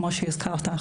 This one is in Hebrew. כמו שהזכרת,